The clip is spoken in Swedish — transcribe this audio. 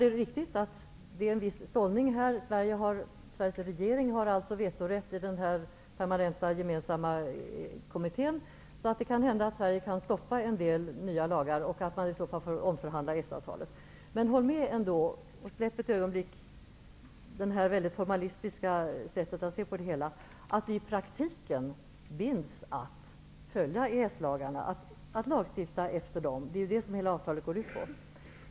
Det är riktigt att det sker en viss sållning -- Sveriges regering har vetorätt i den permanenta gemensamma kommittén, varför det är möjligt att Sverige kan stoppa en del nya lagar och att man i så fall måste omförhandla EES-avtalet. Men släpp för ett ögonblick detta formalistiska sätt att se på det hela och håll med om att vi i praktiken blir bundna att följa EES-lagarna och att lagstifta efter dessa. Det är ju det som hela avtalet går ut på.